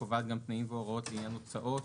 קובעת גם תנאים והוראות לעניין הוצאות